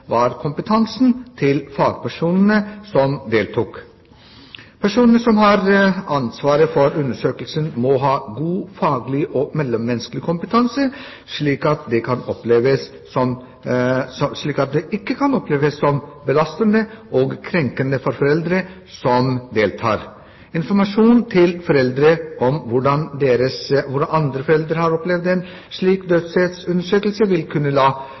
var kompetansen til fagpersonene som deltok. Personene som har ansvaret for undersøkelsen, må ha god faglig og mellommenneskelig kompetanse, slik at det for foreldre som deltar, ikke oppleves som belastende og krenkende. Informasjon til foreldre om hvordan andre foreldre har opplevd en slik dødsstedsundersøkelse, vil kunne